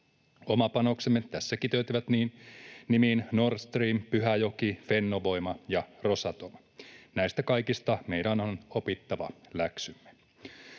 Omat panoksemme tässä kiteytyvät nimiin Nord Stream, Pyhäjoki, Fennovoima ja Rosatom. Näistä kaikista meidän on opittava läksymme.